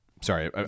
Sorry